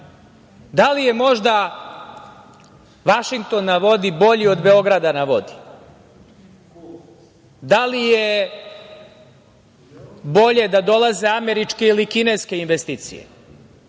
li je možda Vašington na vodi bolji od „Beograda na vodi“? Da li je bolje da dolaze američke ili kineske investicije